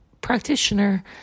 practitioner